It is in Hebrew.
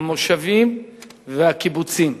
המושבים והקיבוצים.